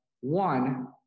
one